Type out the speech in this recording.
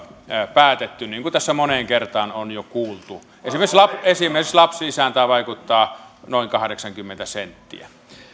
päätetty niin kuin tässä moneen kertaan on jo kuultu esimerkiksi esimerkiksi lapsilisään tämä vaikuttaa noin kahdeksankymmentä senttiä